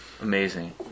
Amazing